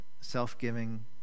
self-giving